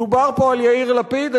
דובר פה על יאיר לפיד.